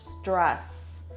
stress